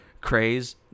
craze